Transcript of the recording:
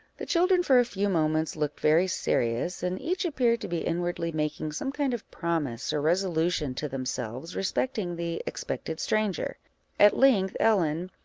the children for a few moments looked very serious, and each appeared to be inwardly making some kind of promise or resolution to themselves respecting the expected stranger at length, ellen,